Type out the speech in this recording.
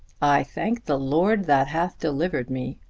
i thank the lord that hath delivered me.